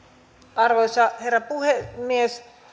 arvoisa herra puhemies